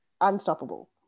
unstoppable